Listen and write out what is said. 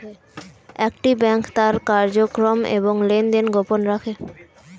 একটি ব্যাংক তার কার্যক্রম এবং লেনদেন গোপন রাখে